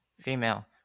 Female